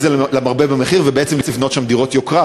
זה למרבה במחיר ולבנות שם דירות יוקרה,